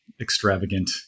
extravagant